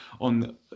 on